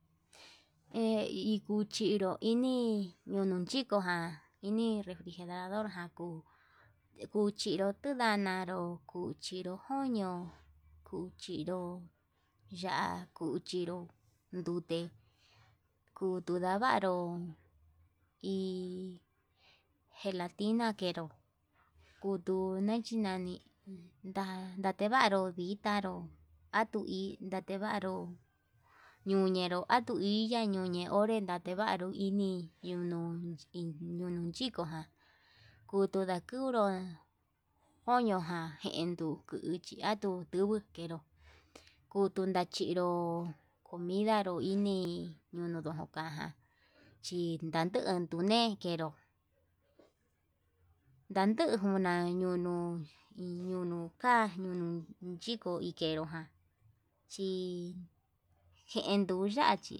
ikuchinru inii yononchiko ján, ini refrijerador ján kuu kuchinru tunanaró kuchinro joño kuchinro ya'á kuchiro ndute, kutuu ndavaro hi gelatina enró kutu ndechi nani ndavaru itanró atii ndatevaru ñuñenru atuiya nuneo, onre ndavaru ini ñun ñunchikoján kutuu ndakuru koño ján enduu uchi andun ndugu kenro kutuu ndanchinró, komidanró ini ñonon nokaján chin ndanduu ñane kenru ndanduu njuna nuu iñunu ka'a ñono yiko ikenro jan chi jen duyachi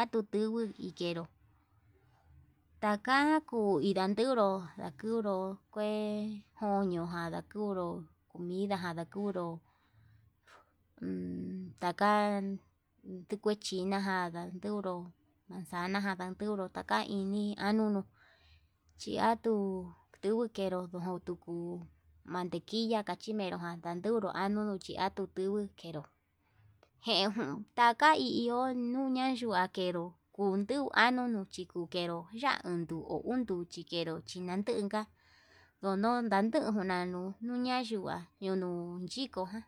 atutungu ikenro taka kuu indanderu, ndakunru kue koño ján kurnu comidaján ndakuro ummm taka tu kue chinaján ndanduru manzana ján ndanduru ka ini anunu tiatu ndugukero tuku mantequilla achimenro ján, anduru anunu chi atuun nduguu pero jen jun taka hi iho nuan yua kenró kundu anunu chikundero yanduuchi kenru chinandunka ndono ndanduju nanu nuña yungua yono'o chikoján.